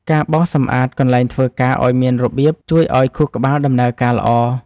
ការបោសសម្អាតកន្លែងធ្វើការឱ្យមានរបៀប ជួយឱ្យខួរក្បាលដំណើរការល្អ។